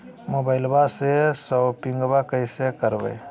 मोबाइलबा से शोपिंग्बा कैसे करबै?